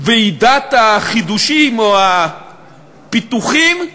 ועידת החידושים, או הפיתוחים,